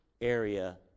area